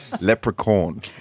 Leprechaun